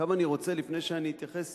אני רוצה, לפני שאני אתייחס